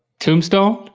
tombstone?